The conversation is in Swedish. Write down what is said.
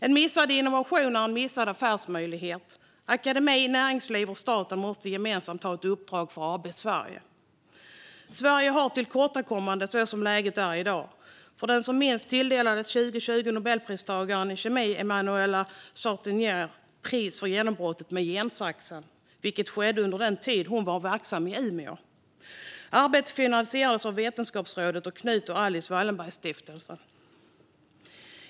En missad innovation är en missad affärsmöjlighet. Akademi, näringsliv och staten måste gemensamt ha ett uppdrag för AB Sverige. Sverige har tillkortakommanden så som läget är i dag. År 2020 tilldelades Emmanuelle Charpentier Nobelpriset i kemi för genombrottet med gensaxen, vilket skedde under den tid hon var verksam i Umeå. Arbetet finansierades av Vetenskapsrådet och Knut och Alice Wallenbergs stiftelse.